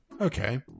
Okay